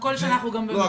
כל שנה אנחנו גם --- לא,